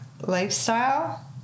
lifestyle